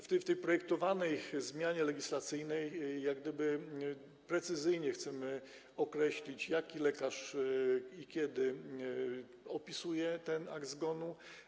W tej projektowanej zmianie legislacyjnej precyzyjnie chcemy określić, jaki lekarz i kiedy opisuje ten akt zgonu.